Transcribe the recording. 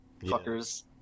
fuckers